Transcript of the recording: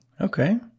Okay